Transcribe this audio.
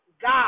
God